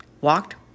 walked